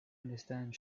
understand